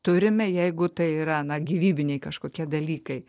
turime jeigu tai yra na gyvybiniai kažkokie dalykai